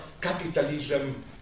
capitalism